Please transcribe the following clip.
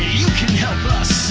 can help us